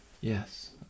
Yes